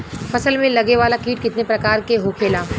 फसल में लगे वाला कीट कितने प्रकार के होखेला?